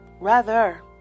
Rather